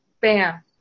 bam